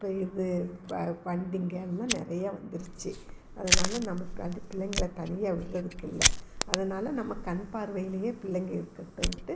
இப்போ இது ப வண்டிங்க எல்லாம் நிறையா வந்துருச்சு அதனாலே நமக்கு வந்து பிள்ளைங்களை தனியாக விடுறதுக்கு இல்லை அதனாலே நம்ம கண்பார்வையிலயே பிள்ளைங்கள் இருக்கட்டும்ட்டு